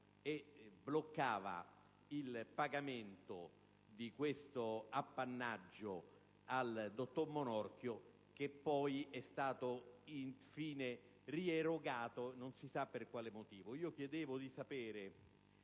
e bloccava il pagamento di questo appannaggio al dottor Monorchio, che poi è stato rierogato anche se non si sa per quale motivo.